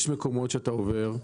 יש מקומות שאתה עובר,